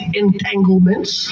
entanglements